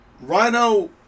Rhino